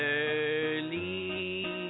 early